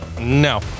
No